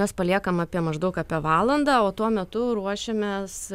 mes paliekam apie maždaug apie valandą o tuo metu ruošiamės